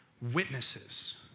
Witnesses